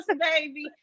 baby